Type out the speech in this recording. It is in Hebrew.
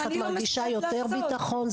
את מרגישה יותר ביטחון?